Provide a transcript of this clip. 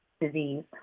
disease